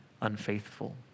unfaithful